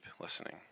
listening